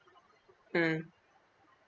mm